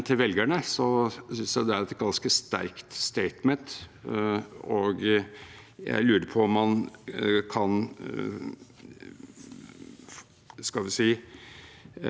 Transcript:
man kan undervurdere virkningen av at partiene, som i sin natur er veldig forskjellige